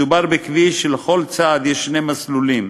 מדובר בכביש שבכל צד יש שני מסלולים.